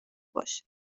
باشه